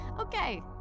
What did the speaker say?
Okay